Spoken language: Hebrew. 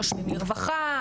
נושמים לרווחה,